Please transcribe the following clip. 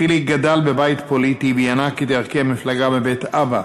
חיליק גדל בבית פוליטי וינק את ערכי המפלגה מבית אבא.